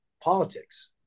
politics